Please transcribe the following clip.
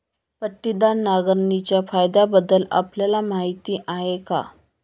पट्टीदार नांगरणीच्या फायद्यांबद्दल आपल्याला माहिती आहे का?